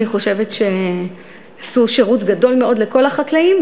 אני חושבת שתעשו שירות גדול לכל החקלאים,